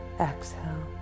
Exhale